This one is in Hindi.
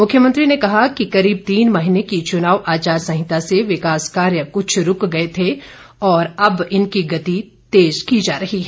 मुख्यमंत्री ने कहा कि करीब तीन महीने की चुनाव आचार संहिता से विकास कार्य कुछ रूक से गए थे और अब इनकी गति तेज की जा रही है